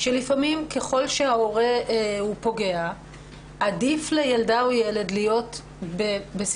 שלפעמים ככל שההורה הוא פוגע עדיף לילדה או לילד להיות בסיטואציה